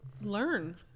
learn